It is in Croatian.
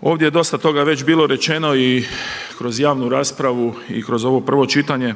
Ovdje je dosta toga već bilo rečeno i kroz javnu raspravu i kroz ovo prvo čitanje